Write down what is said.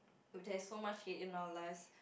oh there's so much hate in our lives